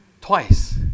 twice